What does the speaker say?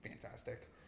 fantastic